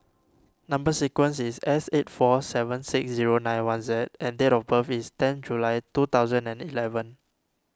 Number Sequence is S eight four seven six zero nine one Z and date of birth is ten July two thousand and eleven